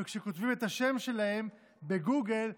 וכשכותבים את השם שלהם בגוגל,